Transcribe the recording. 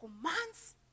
commands